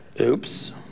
oops